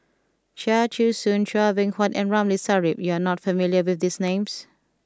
Chia Choo Suan Chua Beng Huat and Ramli Sarip you are not familiar with these names